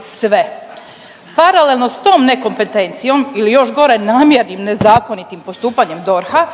sve! Paralelno s tom nekompetencijom ili još gore namjernim nezakonitim postupanjem DORH-a